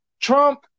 Trump